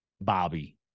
Bobby